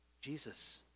Jesus